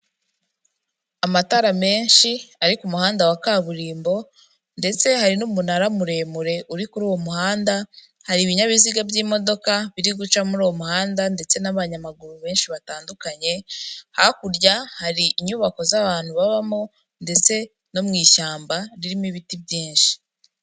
Amatara menshi ari ku muhanda wa kaburimbo ndetse hari n'umunara muremure uri kuri uwo muhanda, hari ibinyabiziga by'imodoka biri guca muri uwo muhanda ndetse n'abanyamaguru benshi batandukanye, hakurya hari inyubako z'abantu babamo ndetse no mu ishyamba ririmo ibiti byinshi.